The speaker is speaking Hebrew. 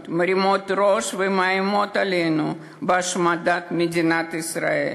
מרימים ראש ומאיימים עלינו בהשמדת מדינת ישראל.